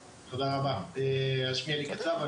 אבל אני צריכה לעבור למוקד 105. נעבור לאלי קצב.